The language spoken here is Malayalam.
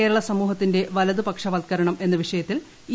കേരള സമൂഹത്തിന്റെ വലതുപക്ഷവത്കരണം എന്ന വിഷയത്തിൽ ഇ